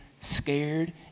scared